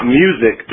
music